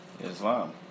Islam